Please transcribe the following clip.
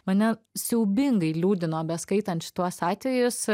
mane siaubingai liūdino beskaitant šituos atvejus